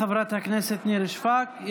תודה, חברת הכנסת שפק.